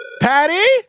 Patty